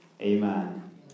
Amen